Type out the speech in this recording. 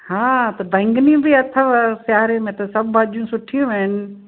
हा त बैंगनी बि अथव सियारे में त सभु भाॼियूं सुठियूं आहिनि